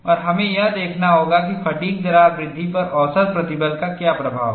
और हमें यह देखना होगा कि फ़ैटिग् दरार वृद्धि पर औसत प्रतिबल का क्या प्रभाव है